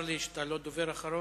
צר לי שאתה לא דובר אחרון,